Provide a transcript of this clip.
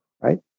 right